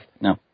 No